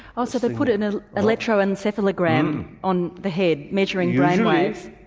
so they put an ah electroencephalogram on the head, measuring brain waves.